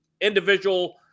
individual